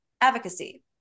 advocacy